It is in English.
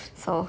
so